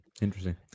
Interesting